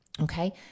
Okay